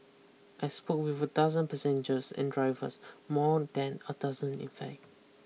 I spoke with a dozen passengers and drivers more than a dozen in fact